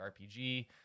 rpg